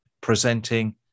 presenting